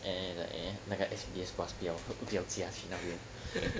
and uh eh 那个 S_B_S bus 不要不要驾去那边